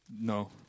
no